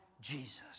Jesus